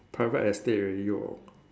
private estate already orh